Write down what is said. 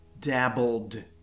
dabbled